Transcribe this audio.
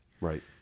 Right